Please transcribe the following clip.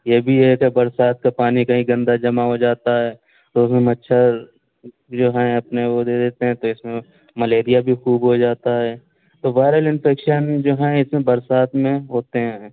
یہ بھی ہے کہ برسات کا پانی کہیں گندہ جمع ہو جاتا ہے تو بھی مچھر جو ہیں اپنے وہ دے دیتے ہیں تو اس میں ملیریا بھی خوب ہو جاتا ہے تو وائرل انفیکشن جو ہیں اس میں برسات میں ہوتے ہیں